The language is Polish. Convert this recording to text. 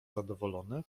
zadowolony